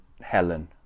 Helen